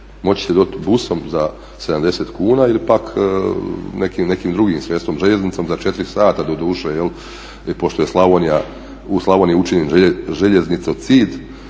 moći ćete doći busom za 70 kuna ili pak nekim drugim sredstvo, željeznicom za 4 sata doduše pošto je Slavonija, u Slavoniji učinjen željeznicocid,